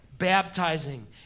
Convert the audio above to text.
Baptizing